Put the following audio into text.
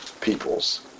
peoples